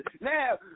now